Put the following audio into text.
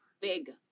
big